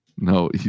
No